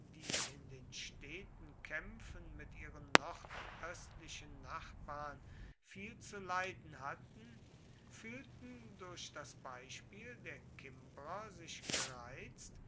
die in den steten kämpfen mit ihren nordöstlichen nachbarn viel zu leiden hatten fühlten durch das beispiel der kimbrer sich gereizt